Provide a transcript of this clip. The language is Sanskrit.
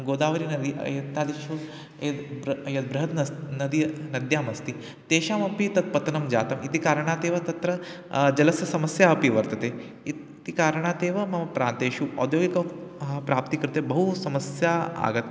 गोदावरी नदी इत्यादिषु यद् ब्र यद् बृहत्यां नस् नदी नद्याम् अस्ति तेषामपि तत् पतनं जातम् इति कारणात् एव तत्र जलस्य समस्या अपि वर्तते इति कारणात् एव मम प्रान्तेषु औद्योगिकी प्राप्तैः कृते बहु समस्या आगता